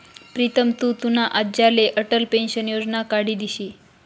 प्रीतम तु तुना आज्लाले अटल पेंशन योजना काढी दिशी